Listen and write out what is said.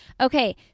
Okay